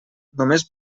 només